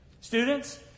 Students